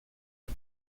are